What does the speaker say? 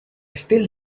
still